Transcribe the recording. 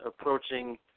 approaching